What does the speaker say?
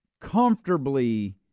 comfortably